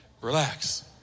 relax